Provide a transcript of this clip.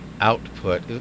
output